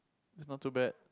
is not too bad